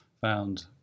found